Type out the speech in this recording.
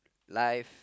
life